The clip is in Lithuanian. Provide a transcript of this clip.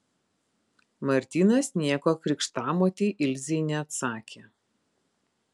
martynas nieko krikštamotei ilzei neatsakė